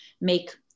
make